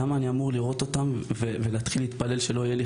למה אני רואה אותם ומתפלל שלא יהיו לי